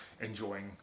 enjoying